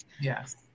yes